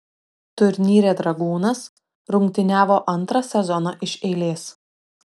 turnyre dragūnas rungtyniavo antrą sezoną iš eilės